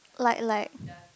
like like